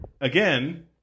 again